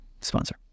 sponsor